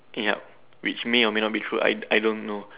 yup which may or may not be true I don't know